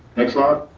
next slide.